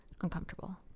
uncomfortable